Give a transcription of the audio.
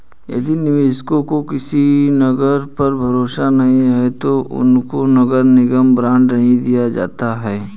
यदि निवेशकों को किसी नगर पर भरोसा नहीं है तो उनको नगर निगम बॉन्ड नहीं दिया जाता है